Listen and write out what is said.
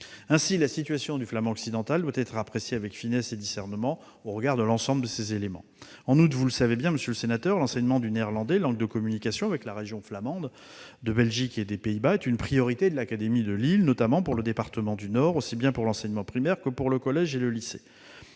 Ainsi, la situation du flamand occidental doit être appréciée avec finesse et discernement au regard de l'ensemble de ces éléments. En outre, vous le savez bien, monsieur le sénateur, l'enseignement du néerlandais, langue de communication avec la Région flamande de Belgique et les Pays-Bas, est une priorité de l'académie de Lille, notamment pour le département du Nord, aussi bien pour l'enseignement primaire que pour le collège et le lycée.